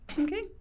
Okay